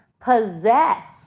possess